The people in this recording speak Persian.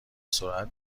سرعت